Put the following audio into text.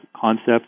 concept